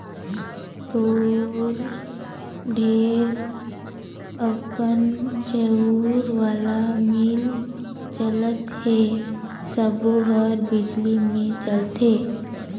तोर ढेरे अकन चउर वाला मील चलत हे सबो हर बिजली मे चलथे